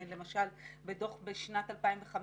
למשל, בדוח משנת 2015,